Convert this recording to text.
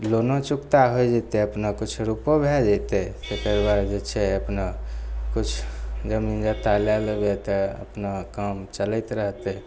लोनो चुकता होइ जेतय अपना किछु रूपो भए जेतय तकरबाद जे छै अपना किछु जमीन जथा लए लेबे तऽ अपना काम चलैत रहतय